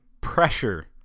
pressure